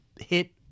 hit